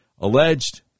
alleged